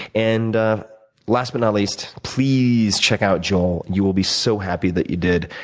and last but not least, please check out joel. you will be so happy that you did,